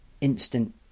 instant